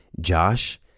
Josh